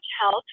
Health